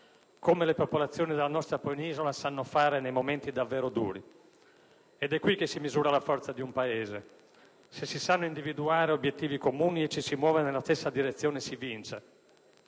come le popolazioni della nostra penisola sanno fare nei momenti davvero duri. Ed è qui che si misura la forza di un Paese. Se si sanno individuare obiettivi comuni e ci si muove nella stessa direzione, si vince.